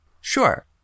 sure